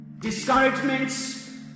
discouragements